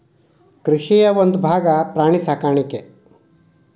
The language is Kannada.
ಕೃಷಿಯ ಒಂದುಭಾಗಾ ಪ್ರಾಣಿ ಸಾಕಾಣಿಕೆ